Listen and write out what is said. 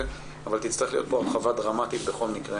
אבל תצטרך להיות כאן הרחבה דרמטית בכל מקרה